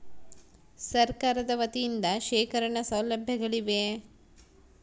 ಸರಕಾರದ ವತಿಯಿಂದ ಶೇಖರಣ ಸೌಲಭ್ಯಗಳಿವೆಯೇ?